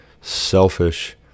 selfish